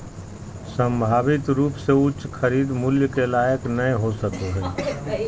संभावित रूप से उच्च खरीद मूल्य के लायक नय हो सको हइ